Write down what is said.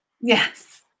Yes